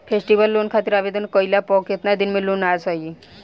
Festival loan खातिर आवेदन कईला पर केतना दिन मे लोन आ जाई?